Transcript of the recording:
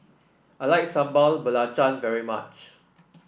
I like Sambal Belacan very much